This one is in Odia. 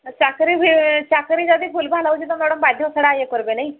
ଚାକିରି ଚାକିରି ଯଦି ଭୁଲ୍ଭାଲ୍ ହେଉଛି ତ ମ୍ୟାଡ଼ମ୍ ବାଧ୍ୟ ଛଡ଼ା ଇଏ କରିବେ ନାଇଁ